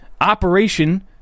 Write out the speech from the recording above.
operation